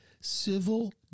Civil